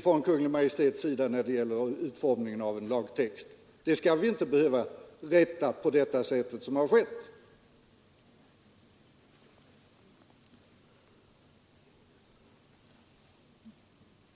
från Kungl. Maj:t när det gäller utformningen av en lagtext. Vi skall inte behöva rätta sådana fel under utskottsbehandlingen.